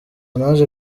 naje